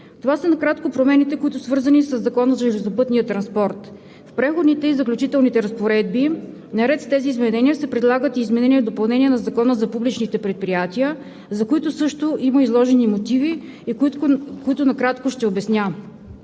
Това са накратко промените, които са свързани със Закона за железопътния транспорт. В Преходните и заключителните разпоредби, наред с тези изменения, се предлагат изменения и допълнения на Закона за публичните предприятия, за които също има изложени мотиви, които накратко ще обясня.